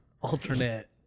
alternate